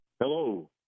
Hello